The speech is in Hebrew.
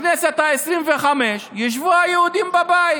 בכנסת העשרים-וחמש, ישבו היהודים בבית